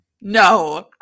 no